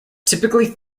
typically